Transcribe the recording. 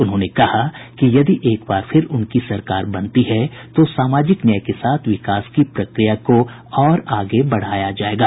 उन्होंने कहा कि यदि एक बार फिर उनकी सरकार बनती है तो सामाजिक न्याय के साथ विकास की प्रक्रिया को और आगे बढ़ाया जायेगा